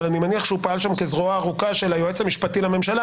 אבל אני מניח שהוא פעל שם כזרוע ארוכה של היועץ המשפטי לממשלה,